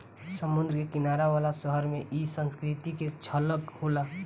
समुंद्र के किनारे वाला शहर में इ संस्कृति के झलक होला